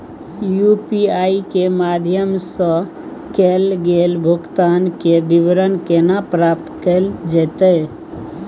UPI के माध्यम सं कैल गेल भुगतान, के विवरण केना प्राप्त कैल जेतै?